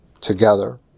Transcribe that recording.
together